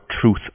truth